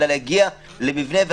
אלא להגיע להבנה,